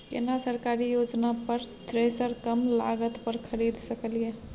केना सरकारी योजना पर थ्रेसर कम लागत पर खरीद सकलिए?